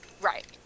Right